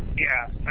yeah.